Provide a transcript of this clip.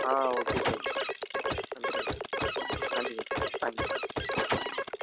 ஆ okay sir கண்டிப்பாக sir கண்டிப்பாக sir thank you sir thank you